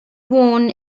worn